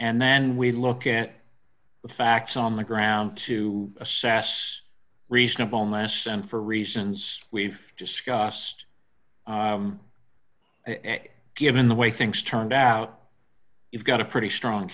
and then we look at the facts on the ground to assess reasonableness and for reasons we've discussed and given the way things turned out you've got a pretty strong